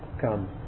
come